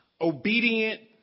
obedient